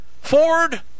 Ford